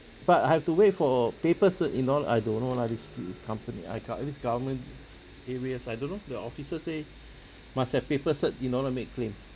but I have to wait for paper cert and all I don't know lah this st~ company I can't this government areas I don't know the officer say must have paper cert in order to make claim